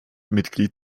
mitglied